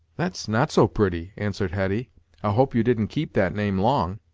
that's not so pretty, answered hetty i hope you didn't keep that name long.